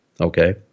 Okay